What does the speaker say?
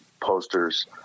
posters